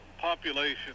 population